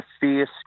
fierce